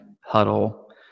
huddle